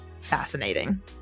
Fascinating